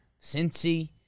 Cincy